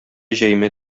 җәймә